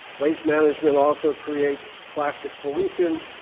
waste management also creates plastic pollution,